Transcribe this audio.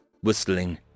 whistling